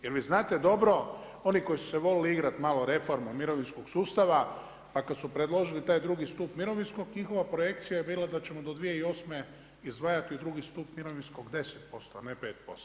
Jer vi znate dobro oni koji su se voljeli igrati malo reforma mirovinskog sustava a kada su predložili taj drugi stup mirovinskog njihova projekcija je bila da ćemo do 2008. izdvajati drugi stup mirovinskog 10% a ne 5%